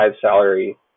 salary